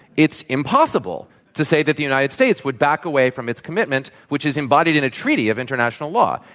it's impossible to say that the united states would back away from its commitments which is embodied in a treaty of international law.